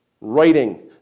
writing